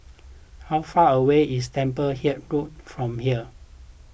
how far away is Temple Hill Road from here